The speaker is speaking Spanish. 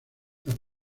las